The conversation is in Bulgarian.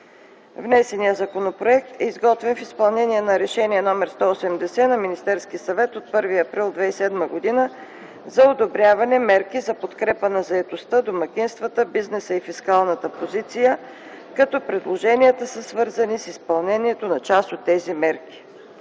Внесеният законопроект е изготвен в изпълнение на Решение № 180 на Министерския съвет от 1 април 2010 г. за одобряване на мерки за подкрепа на заетостта, домакинствата, бизнеса и фискалната позиция, като предложенията са свързани с изпълнението на част от тези мерки.